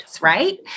right